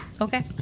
Okay